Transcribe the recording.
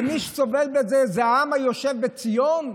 ומי שסובל מזה זה העם היושב בציון.